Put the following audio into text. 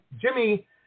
Jimmy –